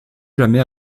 jamais